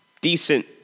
decent